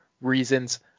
Reasons